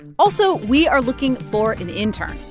also, we are looking for an intern.